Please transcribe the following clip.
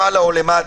למעלה או למטה.